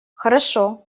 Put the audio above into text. хорошо